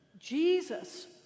Jesus